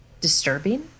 disturbing